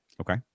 okay